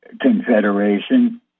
confederation